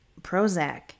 Prozac